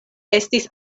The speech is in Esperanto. estis